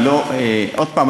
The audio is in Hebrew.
עוד הפעם,